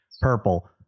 Purple